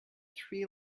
three